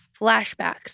Flashbacks